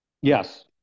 Yes